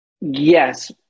Yes